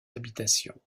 habitation